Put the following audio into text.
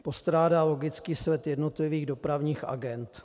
Postrádá logický sled jednotlivých dopravních agend.